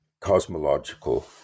cosmological